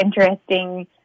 interesting